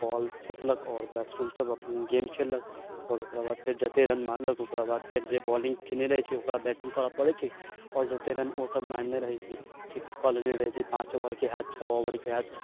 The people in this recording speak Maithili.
बॉल फेकलक आओर बैट्समैन सब अपन गेम खेललक आओर ओकराबाद फेर जते रन मारलक ओकराबाद फेर जे बॉलिंग केने रहै छै ओकरा बैटिंग करए परै छै आओर जते रन ओसब मारने रहै छै फिक्स कऽ लेने रहै छै पाँच ओवर के होयत छओ ओवर के होयत